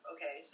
Okay